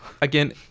again